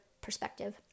perspective